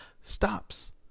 stops